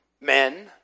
men